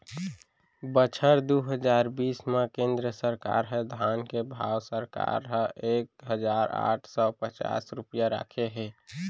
बछर दू हजार बीस म केंद्र सरकार ह धान के भाव सरकार ह एक हजार आठ सव पचास रूपिया राखे हे